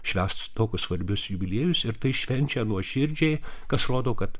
švęst tokius svarbius jubiliejus ir tai švenčia nuoširdžiai kas rodo kad